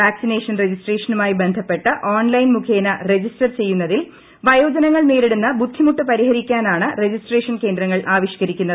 vaccination രജിസ്ട്രേഷനുമായി ബന്ധപ്പെട്ട് online മുഖേന രജിസ്റ്റർ ചെയ്യുന്നതിൽ വയോജനങ്ങൾ നേരിടുന്ന ബുദ്ധിമുട്ട് പരിഹരിക്കാനാണ് രജിസ്ട്രേഷൻ കേന്ദ്രങ്ങൾ ആവിഷ്ക്കരിക്കുന്നത്